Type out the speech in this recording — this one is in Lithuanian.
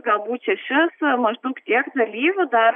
galbūt šešis maždaug tiek dalyvių dar